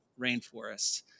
rainforests